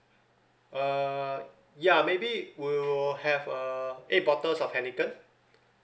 uh ya maybe we will have uh eight bottles of heineken